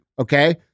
Okay